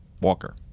Walker